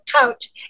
couch